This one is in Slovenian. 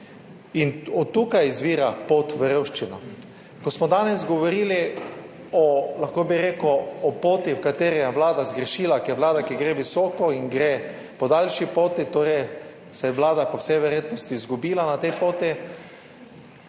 In od tod izvira pot v revščino. Ko smo danes govorili, lahko bi rekel, o poti, na kateri je vlada zgrešila, ker je vlada, ki gre visoko in gre po daljši poti, se je vlada po vsej verjetnosti izgubila na tej poti.